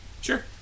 sure